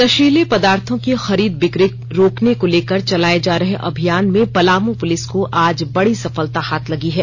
नशीले पदार्थों की खरीद बिक्री रोकने को लेकर चलाए जा रहे अभियान में पलामू पुलिस को आज बड़ी सफलता हाथ लगी है